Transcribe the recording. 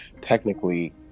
technically